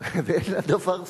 ואין לדבר סוף.